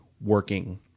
working